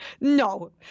No